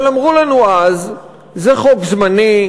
אבל אמרו לנו אז: זה חוק זמני,